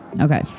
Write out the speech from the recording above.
Okay